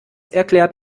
erklärt